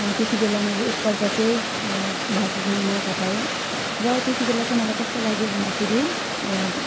त्यति बेला मैले एकपल्ट चाहिँ भाग लिने मौका पाएँ र त्यति बेला चाहिँ मलाई कस्तो लाग्यो भन्दाखेरि